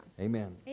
Amen